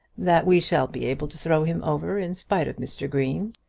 that we shall be able to throw him over in spite of mr. green.